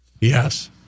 Yes